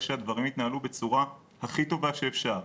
שהדברים יתנהלו בצורה הכי טובה שאפשר.